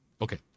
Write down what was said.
Okay